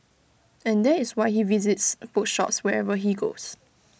and that is why he visits bookshops wherever he goes